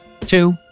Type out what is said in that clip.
Two